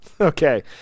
okay